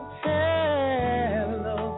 hello